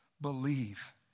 believe